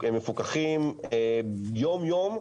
הם מפוקחים יום יום,